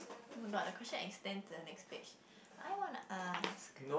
[oh]-my-god the question extend to the next page I want to ask